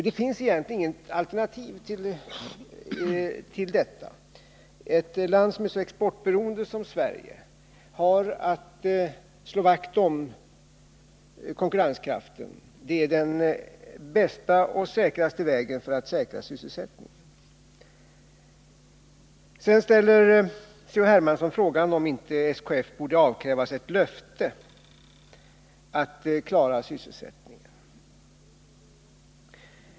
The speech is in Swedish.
Det finns egentligen inga alternativ till detta. Ett land som är så exportberoende som Sverige har att slå vakt om konkurrenskraften. Det är den bästa vägen att säkra sysselsättningen. C.-H. Hermansson ställde frågan om inte SKF borde avkrävas ett löfte om att klara sysselsättningen.